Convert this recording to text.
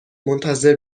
منتظر